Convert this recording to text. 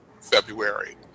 february